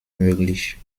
möglich